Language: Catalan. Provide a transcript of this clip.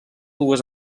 dues